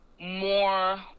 more